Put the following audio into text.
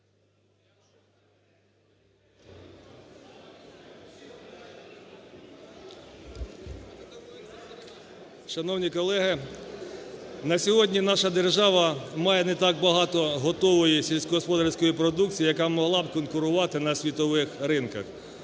Шановні колеги, на сьогодні наша держава має не так багато готової сільськогосподарської продукції, яка могла б конкурувати на світових ринках.